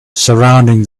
surrounding